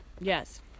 Yes